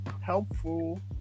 helpful